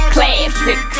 Classic